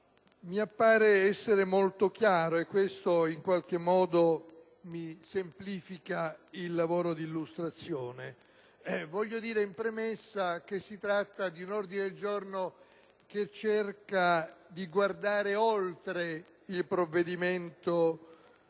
mi appare essere molto chiaro. Questo in qualche modo mi semplifica il lavoro di illustrazione. Voglio dire in premessa che si tratta di un ordine del giorno che cerca di guardare oltre il provvedimento